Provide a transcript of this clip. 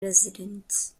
residents